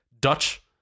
Dutch